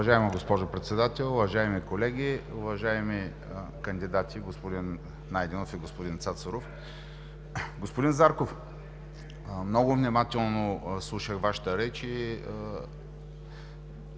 Уважаема госпожо Председател, уважаеми колеги, уважаеми кандидати господин Найденов и господин Цацаров! Господин Зарков, много внимателно слушах Вашата реч,